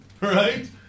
right